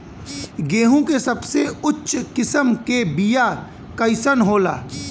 गेहूँ के सबसे उच्च किस्म के बीया कैसन होला?